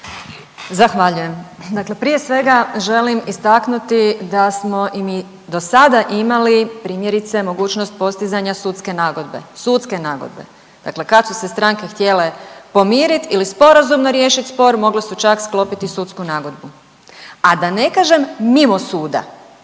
Zahvaljujem. Dakle, prije svega želim istaknuti da smo i mi dosada imali primjerice mogućnost postizanja sudske nagodbe. Sudske nagodbe, dakle kad su se stranke htjele pomiriti ili sporazumno riješit spor mogle su čak sklopiti sudsku nagodbu, a da ne kažem mimo suda.